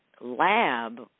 Lab